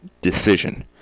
decision